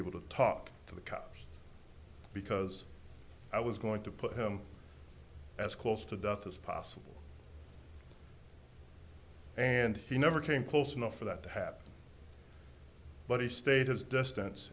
able to talk to the cops because i was going to put him as close to death as possible and he never came close enough for that to happen but he stayed his distance